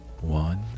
one